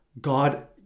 God